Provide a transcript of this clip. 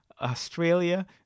Australia